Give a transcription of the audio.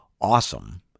awesome